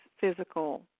physical